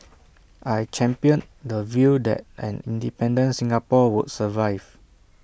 I championed the view that an independent Singapore would survive